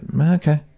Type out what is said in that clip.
okay